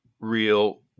Real